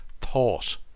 thought